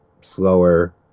slower